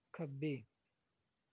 ਖੱਬੇ